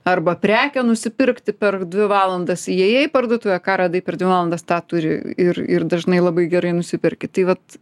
arba prekę nusipirkti per dvi valandas įėjai į parduotuvę ką radai per dvi valandas tą turi ir ir dažnai labai gerai nusiperki tai vat